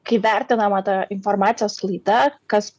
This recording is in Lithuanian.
kai vertinama ta informacijos sklaida kas